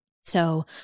So-